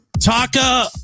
Taka